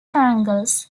triangles